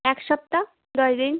এক সপ্তাহ দশ দিন